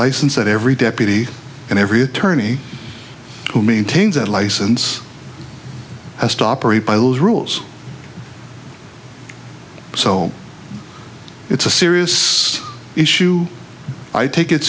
license that every deputy and every attorney who maintains that license has to operate by law rules so it's a serious issue i take it